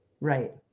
Right